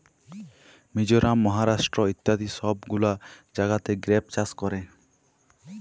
মিজরাম, মহারাষ্ট্র ইত্যাদি সব গুলা জাগাতে গ্রেপ চাষ ক্যরে